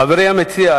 חברי המציע,